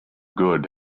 good